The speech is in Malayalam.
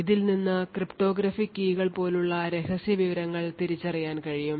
ഇതിൽ നിന്ന് ക്രിപ്റ്റോഗ്രാഫിക് കീകൾ പോലുള്ള രഹസ്യ വിവരങ്ങൾ തിരിച്ചറിയാൻ കഴിയും